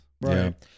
Right